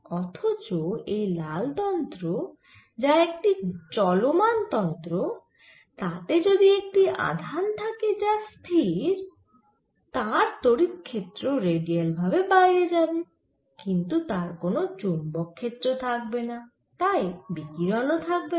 অথচ এই লাল তন্ত্র যা একটি চ্লমান তন্ত্র তাতে যদি একটি আধান থাকে যা স্থির তার তড়িৎ ক্ষেত্র রেডিয়াল ভাবে বাইরে যাবে কিন্তু তার কোন চৌম্বক ক্ষেত্র থাকবেনা তাই বিকিরণ ও থাকবে না